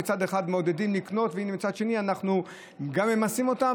אנחנו מצד אחד מעודדים לקנות ומצד שני אנחנו גם ממסים אותם,